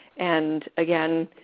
and again,